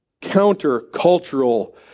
counter-cultural